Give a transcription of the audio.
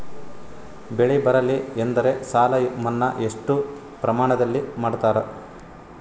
ಬೆಳಿ ಬರಲ್ಲಿ ಎಂದರ ಸಾಲ ಮನ್ನಾ ಎಷ್ಟು ಪ್ರಮಾಣದಲ್ಲಿ ಮಾಡತಾರ?